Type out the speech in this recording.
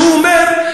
כשהוא אומר,